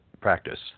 practice